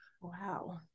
Wow